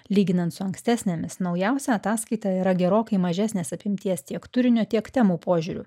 lyginant su ankstesnėmis naujausia ataskaita yra gerokai mažesnės apimties tiek turinio tiek temų požiūriu